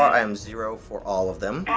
i am zero for all of them.